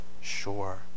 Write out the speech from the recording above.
sure